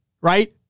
right